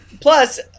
Plus